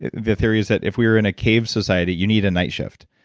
the theory is that if we were in a cave society you need a night shift,